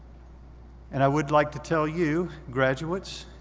and i would like to tell you graduates,